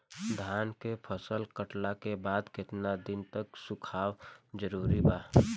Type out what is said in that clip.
धान के फसल कटला के बाद केतना दिन तक सुखावल जरूरी बा?